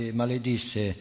maledisse